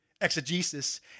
exegesis